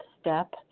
step